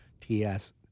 TS